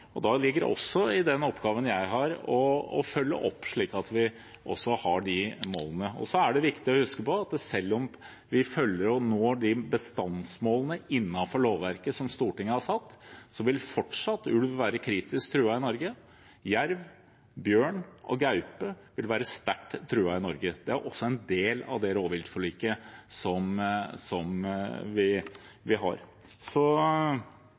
under. Da ligger det også i den oppgaven jeg har, å følge opp, slik at vi også når de målene. Så er det viktig å huske på at selv om vi følger, og når, bestandsmålene innenfor lovverket som Stortinget har satt, vil fortsatt ulv være kritisk truet i Norge. Jerv, bjørn og gaupe vil være sterkt truet i Norge. Det er også en del av rovviltforliket. Jeg har i tidligere innlegg prøvd å fortelle om alle de initiativene – som det